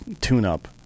tune-up